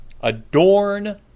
Adorn